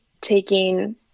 taking